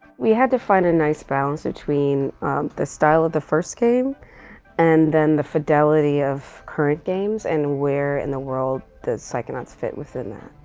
we had to find a nice balance between the style of the first game and then the fidelity of current games and where in the world does psychonauts fit within